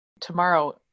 tomorrow